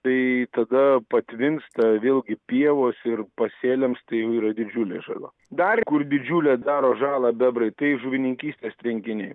tai tada patvinsta vėlgi pievos ir pasėliams tai jau yra didžiulė žala dar kur didžiulę daro žalą bebrai tai žuvininkystės tvenkiniai